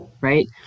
right